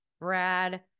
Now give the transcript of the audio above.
Brad